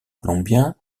colombien